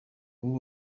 ubu